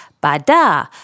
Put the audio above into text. ba-da